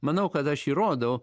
manau kad aš įrodau